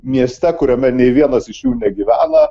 mieste kuriame nei vienas iš jų negyvena